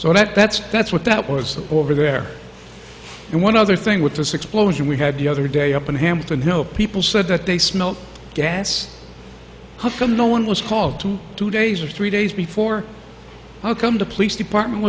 so that that's that's what that was over there and one other thing with this explosion we had the other day up in hampton no people said that they smelled gas how come no one was called two days or three days before welcome to police department